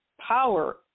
power